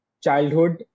childhood